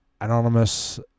Anonymous